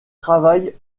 travaille